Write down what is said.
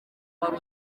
wari